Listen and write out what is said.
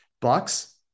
Bucks